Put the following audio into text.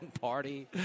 Party